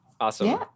Awesome